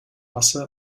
masse